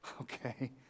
Okay